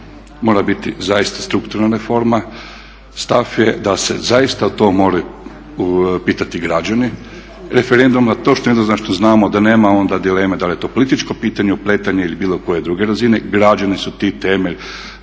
mora biti zaista strukturna reforma. Stav je da se zaista to moraju pitati građani referendumom, a to što jedino što znamo da nema onda dileme da li je to političko pitanje, upletanje ili bilo koje druge razine. Građani su ti temelj